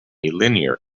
linear